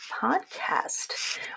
podcast